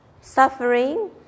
suffering